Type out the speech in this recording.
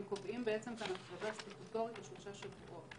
קובעים כאן הכרזה סטטוטורית לשלושה שבועות.